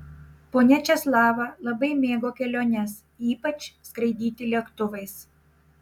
ponia česlava labai mėgo keliones ypač skraidyti lėktuvais